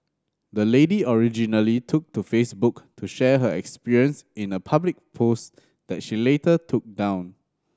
the lady originally took to Facebook to share her experience in a public post that she later took down